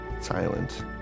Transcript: silent